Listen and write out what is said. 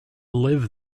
live